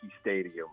Stadium